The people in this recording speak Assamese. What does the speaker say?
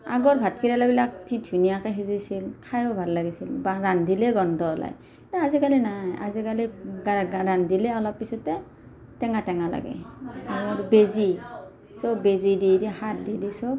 আগৰ ভাতকেৰেলাবিলাক কি ধুনীয়াকৈ সিজিছিল খায়ো ভাল লাগিছিল বা ৰান্ধিলে গোন্ধ ওলায় বা আজিকালি নাই আজিকালি ৰান্ধিলে অলপ পিছতে টেঙা টেঙা লাগে আৰু বেজি চব বেজি দি দি সাৰ দি দি চব